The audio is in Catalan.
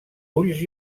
ulls